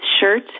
shirt